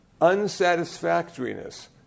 unsatisfactoriness